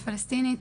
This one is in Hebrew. פלסטינית,